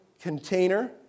container